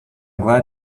glad